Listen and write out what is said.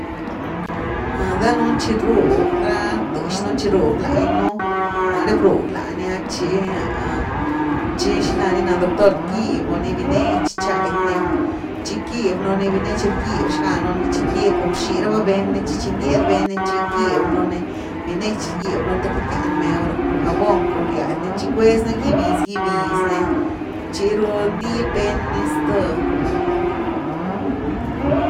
Danuun tchi rug ra tëxnu, tchi rug lanninú, nare brug lannia tchi, tchi xila ni na doctor, quibiu ni binietch chadny, tchi quibnuni binietch rgyb xganu ni tchi, com bxi raba bend ni, tchi chi ndied bend ni tchi quibnuni binietch rgibnuni the queity gyan mew rh, con jabón cun riad ni tchi cuez nú gibiz gibiz ni, tchiru ndib bend ni zth.